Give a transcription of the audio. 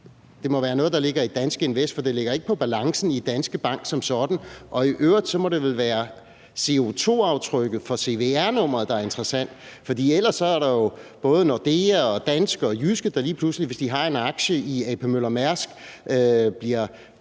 Det må være noget, der ligger i Danske Invest, for det ligger ikke på balancen i Danske Bank som sådan. Og i øvrigt må det vel være CO2 aftrykket for cvr-nummeret, der er interessant, for ellers er der jo både Nordea, Danske Bank og Jyske Bank, der lige pludselig, hvis de har en aktie i A.P. Møller Mærsk, bliver